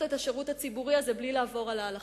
את השירות הציבורי הזה בלי לעבור על ההלכה,